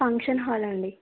function hall అండి